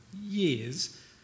years